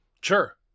Sure